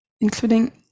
including